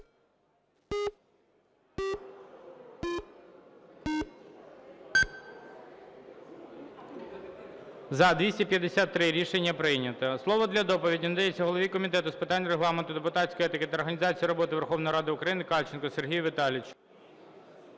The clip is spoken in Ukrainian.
За-253 Рішення прийнято. Слово для доповіді надається голові Комітету з питань Регламенту, депутатської етики та організації роботи Верховної Ради України Кальченку Сергію Віталійовичу.